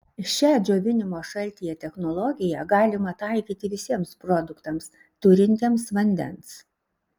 šią džiovinimo šaltyje technologiją galima taikyti visiems produktams turintiems vandens